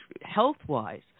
health-wise